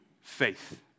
faith